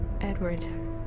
Edward